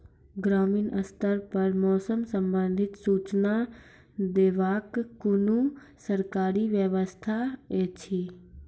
ग्रामीण स्तर पर मौसम संबंधित सूचना देवाक कुनू सरकारी व्यवस्था ऐछि?